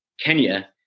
Kenya